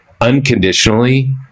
unconditionally